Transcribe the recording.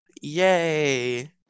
Yay